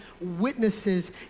witnesses